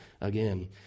again